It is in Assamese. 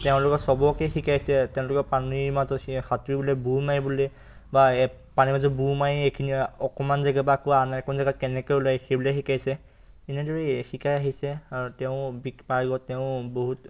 তেওঁলোকৰ চবকে শিকাইছে তেওঁলোকৰ পানীৰ মাজত সেই সাঁতুৰিবলৈ বুৰ মাৰিবলৈ বা পানীৰ মাজত বুৰ মাৰি এইখিনি অকণমান জেগাৰপৰা আকৌ আন অকণমান জেগাত কেনেকৈ ওলায় সেইবিলাক শিকাইছে এনেদৰেই শিকাই আহিছে আৰু তেওঁ পাৰ্গত তেওঁ বহুত